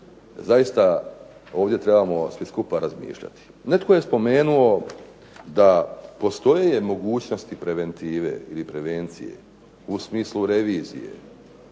Zaista ovdje trebamo svi skupa razmišljati. Netko je spomenuo da postoje mogućnosti preventive ili prevencije u smislu revizije.